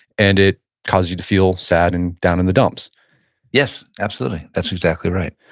and it caused you to feel sad and down in the dumps yes, absolutely. that's exactly right